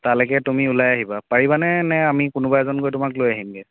তালৈকে তুমি ওলাই আহিবা পাৰিবানে নে আমি কোনোবা এজন গৈ তোমাক লৈ আহিমগৈ